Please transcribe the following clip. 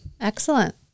Excellent